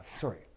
sorry